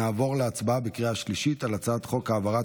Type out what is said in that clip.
נעבור להצבעה בקריאה שלישית על הצעת חוק העברת